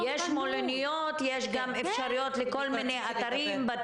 יש מלוניות, יש גם אפשרויות לכל מיני אתרים.